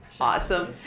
Awesome